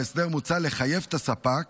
בהסדר מוצע לחייב את הספק,